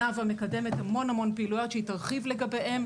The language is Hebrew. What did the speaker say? נאוה מקדמת המון פעילויות שהיא תרחיב לגביהן,